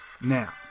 now